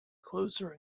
closer